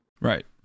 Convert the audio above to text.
right